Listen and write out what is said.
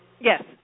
yes